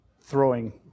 throwing